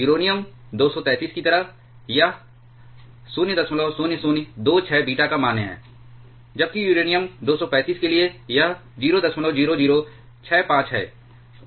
uranium 233 की तरह यह 00026 बीटा का मान है जबकि यूरेनियम 235 के लिए यह 00065 है